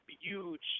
huge